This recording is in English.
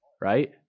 right